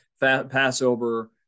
Passover